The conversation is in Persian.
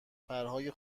پرهای